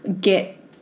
get